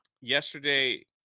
yesterday